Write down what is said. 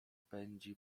pędzi